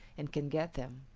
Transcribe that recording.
and can get them.